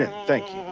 thank